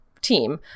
team